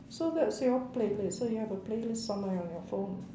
so that's your playlist so you have a playlist somewhere on your phone